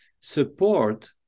support